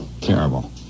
terrible